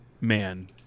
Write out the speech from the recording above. man